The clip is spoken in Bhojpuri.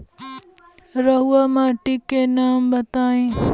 रहुआ माटी के नाम बताई?